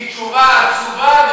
היא תשובה עצובה,